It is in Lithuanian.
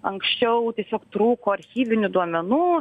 anksčiau tiesiog trūko archyvinių duomenų